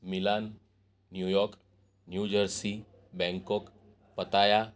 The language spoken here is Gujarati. Milan New York New Jersey Bangkok પતાયા